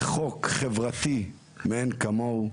זה חוק חברתי מאין כמוהו.